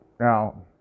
Now